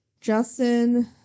Justin